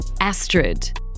Astrid